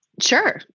Sure